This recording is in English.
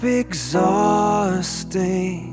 exhausting